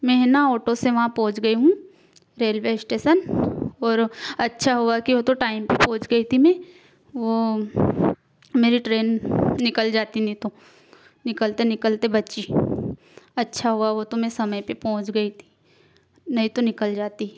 मैं है ना ऑटो से वहाँ पहहुंच गई हूँ रेलवे स्टेशन और अच्छा हुआ कि वो तो टाइम पर पहुंच गई थी मैं वो मेरी ट्रेन निकल जाती नहीं तो निकलते निकलते बची अच्छा हुआ वो तो मैं समय पर पहुंच गई थी नहीं तो निकल जाती